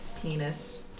penis